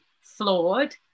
flawed